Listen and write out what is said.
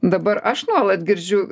dabar aš nuolat girdžiu